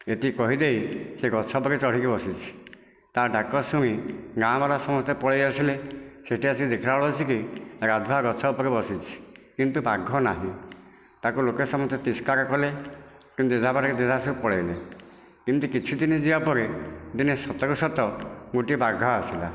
ଏତିକି କହିଦେଇ ସେ ଗଛ ଉପରେ ଚଢ଼ିକି ବସିଛି ତା ଡାକ ଶୁଣି ଗାଁ ଵାଲା ସମସ୍ତେ ପଳେଇ ଆସିଲେ ସେଇଠି ଆସିକି ଦେଖିଲା ବେଳକୁ ଆସିକି ରାଧା ଗଛ ଉପରେ ବସିଛି କିନ୍ତୁ ବାଘ ନାହିଁ ତାକୁ ଲୋକେ ସମସ୍ତେ ତିରଷ୍କାର କଲେ ଯେଝା ବାଟରେ ଯେଝା ସବୁ ପଳେଇଲେ ଏମିତି କିଛି ଦିନ ଯିବା ପରେ ଦିନେ ସତ କୁ ସତ ଗୋଟିଏ ବାଘ ଆସିଲା